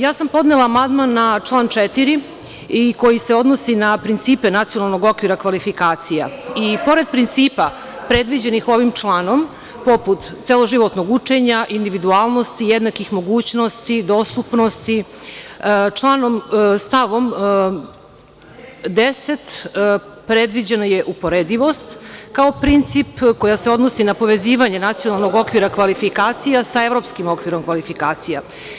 Ja sam podnela amandman na član 4. i koji se odnosi na principe nacionalnog okvira kvalifikacija, i pored principa predviđenih ovim članom poput celoživotnog učenja, individualnosti, jednakih mogućnosti, dostupnosti, stavom 10. predviđeno je uporedivost kao princip koji se odnosi na povezivanje nacionalnog okvira kvalifikacija sa evropskim okvirom kvalifikacija.